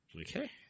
Okay